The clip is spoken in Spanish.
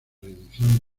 reedición